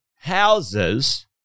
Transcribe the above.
Houses